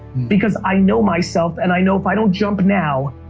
because i know myself and i know if i don't jump now,